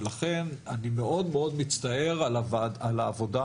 ולכן אני מאד מאד מצטער על העבודה,